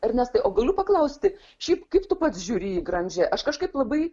ernestai o galiu paklausti šiaip kaip tu pats žiūri į granžė aš kažkaip labai